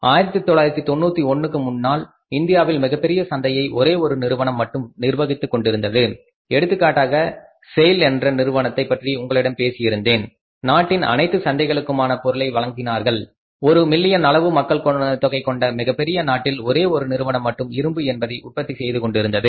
1991க்கு முன்னால் இந்தியாவின் மிகப்பெரிய சந்தையை ஒரே ஒரு நிறுவனம் மட்டும் நிர்வகித்து கொண்டிருந்தது எடுத்துக்காட்டாக செய்ல் என்ற நிறுவனத்தை பற்றி உங்களிடம் பேசியிருந்தேன் நாட்டின் அனைத்து சந்தைகளுக்குமாண பொருளை வழங்கினார்கள ஒரு மில்லியன் அளவு மக்கள் தொகை கொண்ட மிகப்பெரிய நாட்டில் ஒரே ஒரு நிறுவனம் மட்டும் இரும்பு என்பதை உற்பத்தி செய்து கொண்டிருந்தது